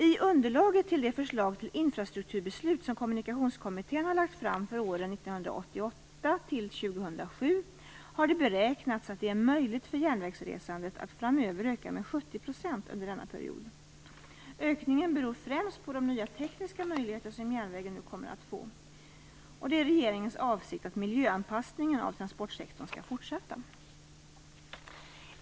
I underlaget till det förslag till infrastrukturbeslut som Kommunikationskommittén har lagt fram för åren 1998-2007 har det beräknats att det är möjligt för järnvägsresandet att öka med 70 % under denna period. Ökningen beror främst på de nya tekniska möjligheter som järnvägen nu kommer att få. Det är regeringens avsikt att miljöanpassningen av transportsektorn skall fortsätta.